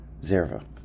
Zerva